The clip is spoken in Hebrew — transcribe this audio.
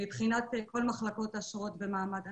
כל אחד שיציג מה שיש לו לומר ואחר כך אנחנו